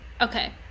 Okay